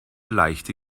leichte